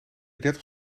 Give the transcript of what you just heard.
dertig